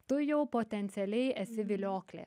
tu jau potencialiai esi vilioklė